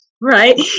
Right